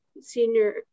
senior